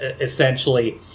essentially